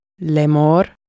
Lemor